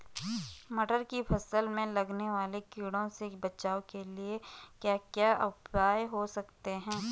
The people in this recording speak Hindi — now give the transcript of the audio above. मटर की फसल में लगने वाले कीड़ों से बचाव के क्या क्या उपाय हो सकते हैं?